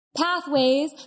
Pathways